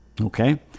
Okay